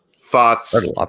thoughts